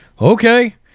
Okay